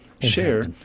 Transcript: share